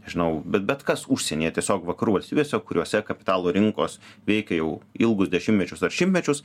nežinau bet bet kas užsienyje tiesiog vakarų valstybėse kuriose kapitalo rinkos veikia jau ilgus dešimtmečius ar šimtmečius